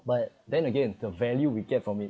but then again the value we get from it